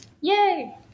Yay